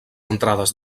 entrades